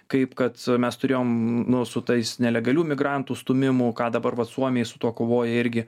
kaip kad mes turėjom nu su tais nelegalių migrantų stūmimu ką dabar vat suomiai su tuo kovoja irgi